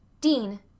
Dean